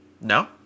No